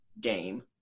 game